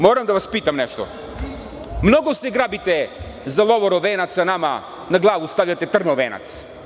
Moram da vas pitam nešto, mnogo se grabite za „lovorov venac“, a nama stavljate na glavu „trnov venac“